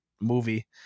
movie